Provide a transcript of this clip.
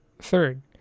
Third